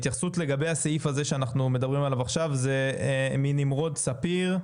התייחסות לגבי הסעיף הזה שאנחנו מדברים עליו עכשיו וזה מנמרוד ספיר,